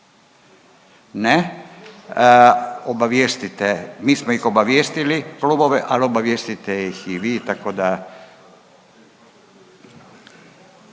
Ne. Obavijestite, mi smo ih obavijestili klubove, al obavijestite ih i vi, tako da